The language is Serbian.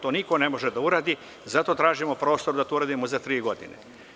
To niko ne može da uradi i zato tražimo prostor da to uradimo za tri godine.